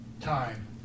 time